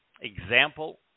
example